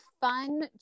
fun